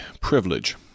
privilege